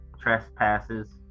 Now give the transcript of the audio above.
trespasses